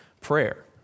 prayer